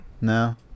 No